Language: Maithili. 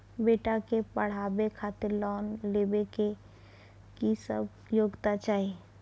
बेटा के पढाबै खातिर लोन लेबै के की सब योग्यता चाही?